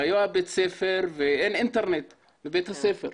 היה בית ספר ואין אינטרנט בבית הספר.